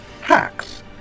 hacks